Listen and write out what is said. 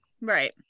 Right